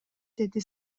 деди